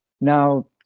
Now